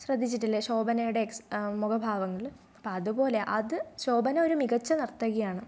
ശ്രദ്ധിച്ചിട്ടില്ലേ ശോഭനയുടെ എക്സ് മുഖഭാവങ്ങൾ അപ്പോൾ അതുപോലെ അത് ശോഭന ഒരു മികച്ച നർത്തകിയാണ്